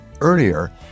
earlier